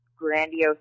grandiose